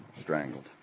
Strangled